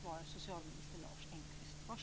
Tack så mycket.